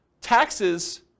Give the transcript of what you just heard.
taxes